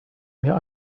mir